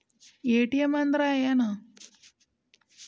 ATM ಅಂದ್ರ ಏನು?